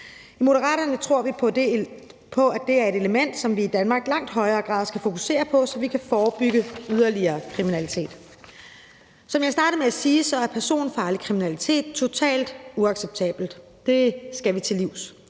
I Moderaterne tror vi på, at det er et element, som vi i Danmark i langt højere grad skal fokusere på, så vi kan forebygge yderligere kriminalitet. Som jeg startede med at sige, er personfarlig kriminalitet totalt uacceptabelt. Det skal vi til livs.